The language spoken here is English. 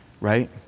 right